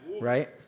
right